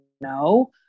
No